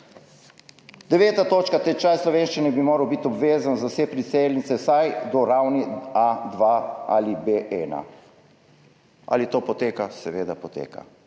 Deveta točka: tečaj slovenščine bi moral biti obvezen za vse priseljence vsaj do ravni A2 ali B1. Ali to poteka? Seveda poteka.